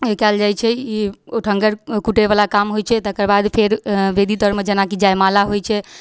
कएल जाइ छै ई ओठङ्गर कुटैवला काम होइ छै तकरबाद फेर वेदीतरमे जेनाकि जयमाला होइ छै